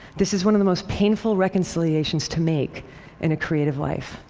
this is one of the most painful reconciliations to make in a creative life.